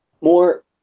more